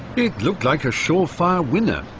it looked like a sure-fire winner,